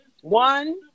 one